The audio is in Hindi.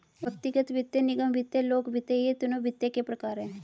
व्यक्तिगत वित्त, निगम वित्त, लोक वित्त ये तीनों वित्त के प्रकार हैं